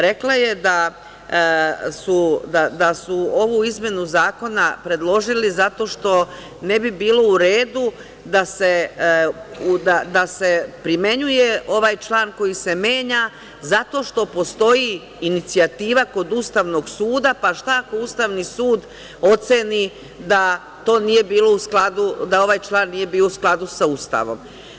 Rekla je da su ovu izmenu zakona predložili zato što ne bi bilo u redu da se primenjuje ovaj član koji se menja, zato što postoji inicijativa kod Ustavnog suda, pa šta ako Ustavni sud oceni da ovaj član nije bio u skladu sa Ustavom.